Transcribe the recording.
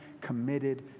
committed